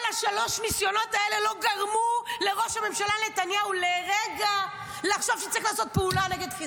כל שלושת הניסיונות האלה לא גרמו לראש הממשלה נתניהו לחשוב לרגע